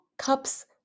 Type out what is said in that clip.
Cups